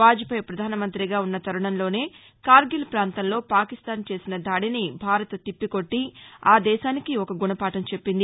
వాజ్జేయి ప్రధాన మంత్రిగా ఉన్న తరుణంలోనే కార్గిల్ పాంతంలో పాకిస్తాన్ చేసిన దాదిని భారత్ తిప్పికొట్లి ఆ దేశానికి ఒక గుణపాఠం చెప్పింది